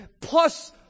plus